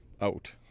out